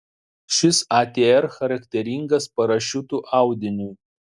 šis atr charakteringas parašiutų audiniui